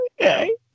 Okay